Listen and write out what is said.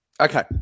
Okay